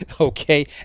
Okay